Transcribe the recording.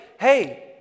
hey